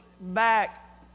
back